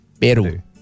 Peru